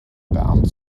bernd